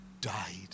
died